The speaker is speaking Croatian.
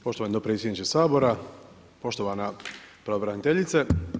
Poštovani dopredsjedniče SAbora, poštovana pravobraniteljice.